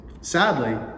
Sadly